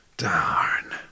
Darn